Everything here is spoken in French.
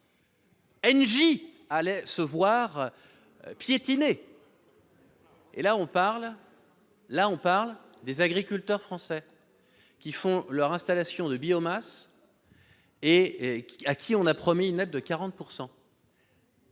Allait se voir piétiner et là on parle là on parle des agriculteurs français qui font leur installation de biomasse et à qui on a promis une aide de 40